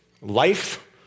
life